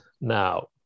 Now